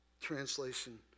translation